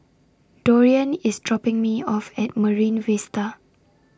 Dorian IS dropping Me off At Marine Vista